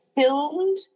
filmed